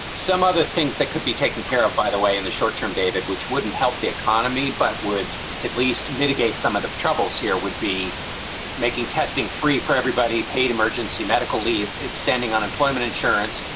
some other things that could be taken care of, by the way, in the short term, david, which wouldn't help the economy, but would at least mitigate some of the troubles here, would be making testing free for everybody, paid emergency medical leave, extending unemployment insurance,